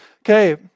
Okay